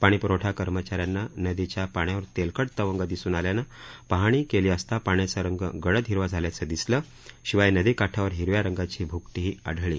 पाणी प्रवठा कर्मचाऱ्यांना नदीच्या पाण्यावर तेलकट तवंग दिसून आल्यानं पाहणी केली असता पाण्याचा रंग गडद हिरवा झाल्याचं दिसलं शिवाय नदीकाठावर हिरव्या रंगाची भ्कटीही आढळली